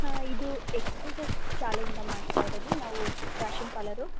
ಇದು ಶಾಲೆಯಿಂದ ಮಾಡ್ತಾ ಇರೋದು ನಾವು ಪ್ರಾಂಶುಪಾಲರು